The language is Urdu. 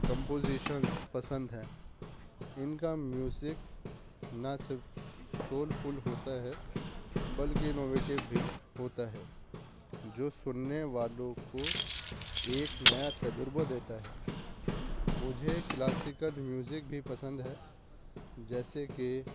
کمپوزیشنس پسند ہیں ان کا میوزک نہ صرف سولفل ہوتا ہے بلکہ انوویٹیو بھی ہوتا ہے جو سننے والوں کو ایک نیا تجربہ دیتا ہے مجھے کلاسیکل میوزک بھی پسند ہے جیسے کہ